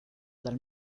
dal